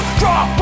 drop